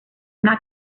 not